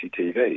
CCTV